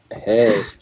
Hey